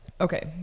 Okay